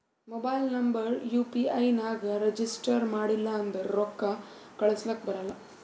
mobile number U P I ನಾಗ್ register ಮಾಡಿಲ್ಲ ಅಂದುರ್ ರೊಕ್ಕಾ ಕಳುಸ್ಲಕ ಬರಲ್ಲ